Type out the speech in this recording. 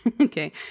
okay